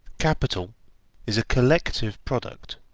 capital is a collective product,